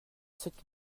cette